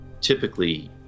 typically